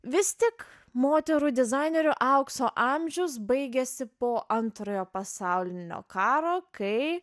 vis tik moterų dizainerių aukso amžius baigiasi po antrojo pasaulinio karo kai